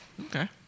Okay